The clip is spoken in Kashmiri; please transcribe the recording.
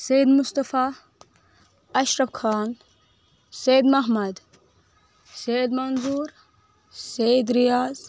سعید مصتفیٰ اشرف خان سعید محمد سعید منظور سعید رِیاض